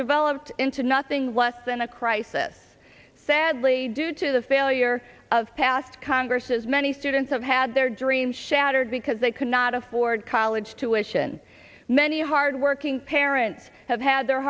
developed into nothing less than a crisis sadly due to the failure of past congresses many students have had their dreams shattered because they cannot afford college tuition many hard working parents have had their